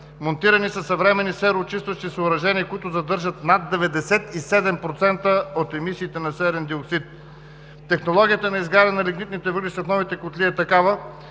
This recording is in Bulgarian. Монтирани са съвременни сероочистващи съоръжения, които задържат над 97% от емисиите на серен диоксид. Технологията на изгаряне на лигнитните въглища в новите котли е такава,